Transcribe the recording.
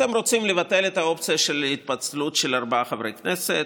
אתם רוצים לבטל את האופציה של התפצלות של ארבעה חברי כנסת.